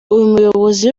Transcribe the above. umuyobozi